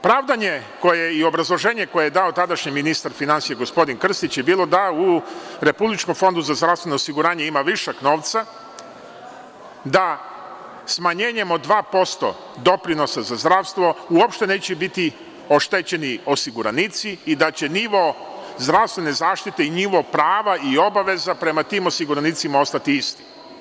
Pravdanje i obrazloženje koje je dao tadašnji ministar finansija, gospodin Krstić je bilo da u RFZO ima višak novca, da smanjenjem od 2% doprinosa za zdravstvo uopšte neće biti oštećeni osiguranici i da će nivo zdravstvene zaštite i nivo prava i obaveza prema tim osiguranicima ostati isti.